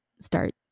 start